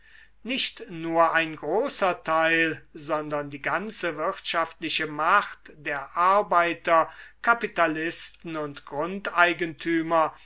nicht nur ein großer teil sondern die ganze wirtschaftliche macht der arbeiter kapitalisten und grundeigentümer